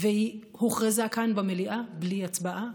והיא הוכרזה כאן במליאה בלי הצבעה,